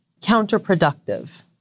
counterproductive